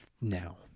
now